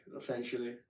essentially